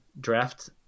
draft